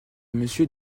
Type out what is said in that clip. monsieur